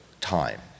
time